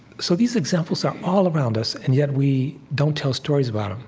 so these examples are all around us, and yet, we don't tell stories about them.